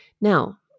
Now